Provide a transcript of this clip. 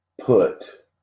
put